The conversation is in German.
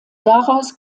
daraus